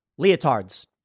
Leotards